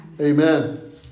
Amen